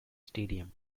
stadium